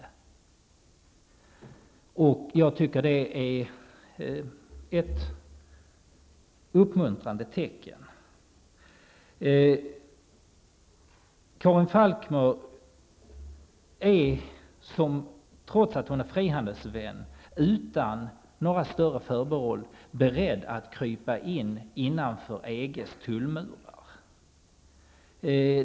Jag tycker att det är ett uppmuntrande tecken. Karin Falkmer är, trots att hon är frihandelsvän, utan några större förbehåll beredd att krypa innanför EGs tullmurar.